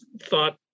thought